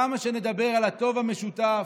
כמה שנדבר על הטוב המשותף,